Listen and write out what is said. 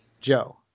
Joe